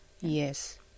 yes